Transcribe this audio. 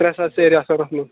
ترٛےٚ ساس سیرِ آسان تتھ منٛز